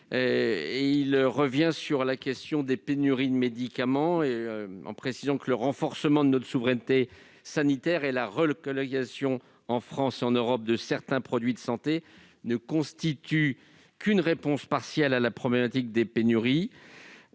revient sur la question des pénuries de médicaments. Le renforcement de notre souveraineté sanitaire et la relocalisation en France ou en Europe de certains produits de santé ne constituent qu'une réponse partielle à la problématique des pénuries